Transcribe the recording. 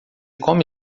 come